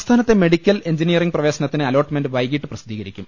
സംസ്ഥാനത്തെ medical engineering പ്രവേശനത്തിന് allotment വൈകിട്ട് പ്രസിദ്ധീകരിക്കും